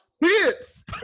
hits